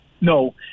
No